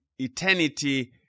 eternity